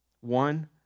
One